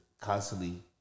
constantly